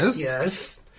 Yes